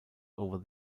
over